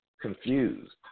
confused